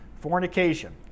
fornication